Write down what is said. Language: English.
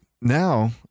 Now